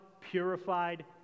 purified